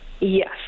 Yes